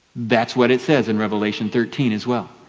that's what it says in revelation thirteen as well.